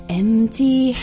empty